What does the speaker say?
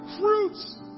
fruits